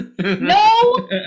No